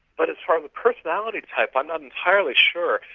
but as far as a personality type, i'm not entirely sure.